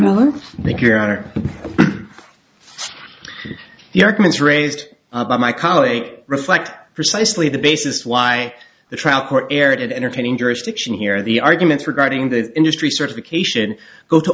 play i think your honor the arguments raised by my colleague reflect precisely the basis why the trial court aired it entertaining jurisdiction here the arguments regarding the industry certification go to